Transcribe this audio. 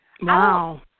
Wow